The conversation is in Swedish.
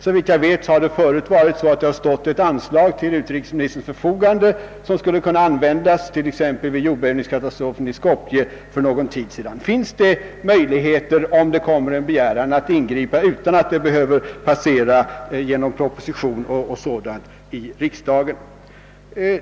Såvitt jag vet har det tidigare till utrikesministerns förfogande stått ett anslag, som kunde användas vid t.ex. jordbävningskatastrofen i Skoplje för någon tid sedan. Om det kommer en liknande begäran, finns det då några möjligheter att ingripa utan att ärendet först måste presenteras i en proposition och behandlas här i riksdagen?